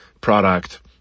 product